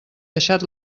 deixat